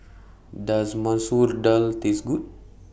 Does Masoor Dal Taste Good